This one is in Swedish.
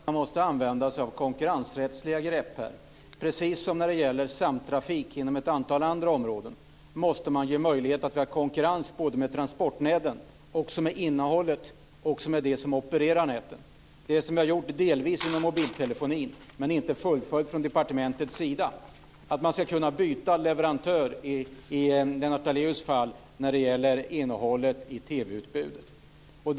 Fru talman! Jag tror att man måste använda sig av konkurrensrättsliga grepp här. Precis som när det gäller samtrafik inom ett antal andra områden måste man ge möjlighet till konkurrens i fråga om transportnäten och också i fråga om innehållet och de som opererar näten. Det är det som delvis har gjorts när det gäller mobiltelefonin, men som inte är fullföljt från departementets sida. Det gäller t.ex. att man ska kunna byta leverantör. I Lennart Daléus fall gällde det innehållet i TV-utbudet.